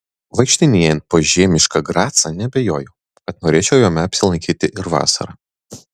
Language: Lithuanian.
vaikštinėjant po žiemišką gracą neabejoju kad norėčiau jame apsilankyti ir vasarą